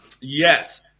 Yes